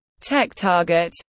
TechTarget